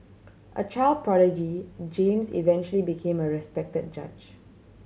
a child prodigy James eventually became a respect judge